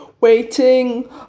waiting